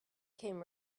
came